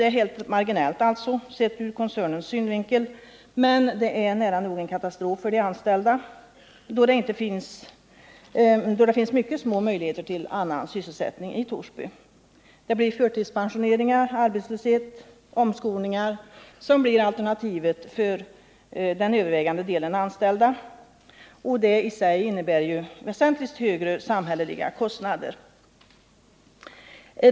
Det är alltså helt marginellt sett ur koncernens synvinkel, men det är nära nog en katastrof för de anställda, då det finns mycket små möjligheter till annan sysselsättning i Torsby. Förtidspensionering, arbetslöshet eller omskolning blir alternativet för den övervägande delen anställda. Detta innebär i sin tur väsentligt högre samhälleliga kostnader.